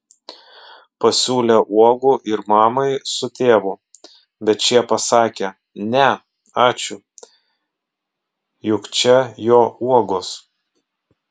pasiūlė uogų ir mamai su tėvu bet šie pasakė ne ačiū juk čia jo uogos